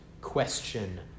question